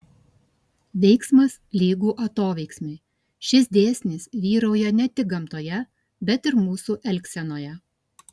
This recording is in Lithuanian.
veiksmas lygu atoveiksmiui šis dėsnis vyrauja ne tik gamtoje bet ir mūsų elgsenoje